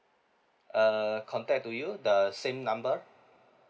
err contact to you the same number